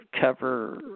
cover